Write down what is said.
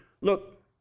look